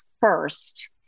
first